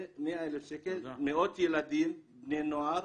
100,000 שקל זה מאות ילדים ובני נוער